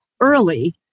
early